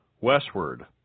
westward